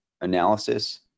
analysis